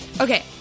Okay